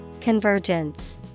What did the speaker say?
Convergence